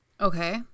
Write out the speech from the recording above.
Okay